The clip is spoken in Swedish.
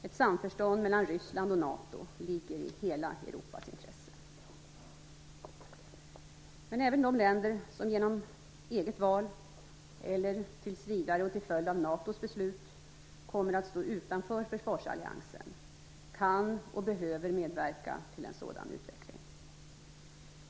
Ett samförstånd mellan Ryssland och NATO ligger i hela Europas intresse. Men även de länder som genom eget val eller tills vidare och till följd av NATO:s beslut kommer att stå utanför försvarsalliansen kan och behöver medverka till en sådan utveckling.